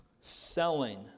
selling